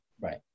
Right